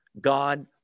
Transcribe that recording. God